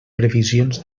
previsions